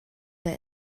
der